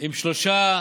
עם שלושה